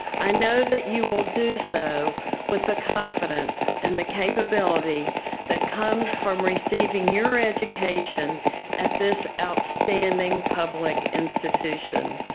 i know that you will do so with the confidence and the capability that comes from receiving your education at this outstanding public institution.